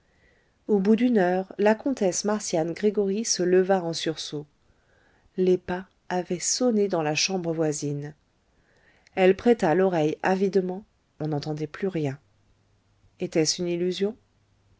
au bout d'une heure la comtesse marcian gregoryi se leva en sursaut les pas avaient sonné dans la chambre voisine elle prêta l'oreille avidement on n'entendait plus rien etait-ce une illusion